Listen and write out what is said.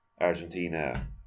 Argentina